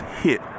hit